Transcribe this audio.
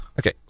Okay